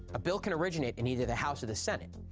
a bill can originate in either the house or the senate.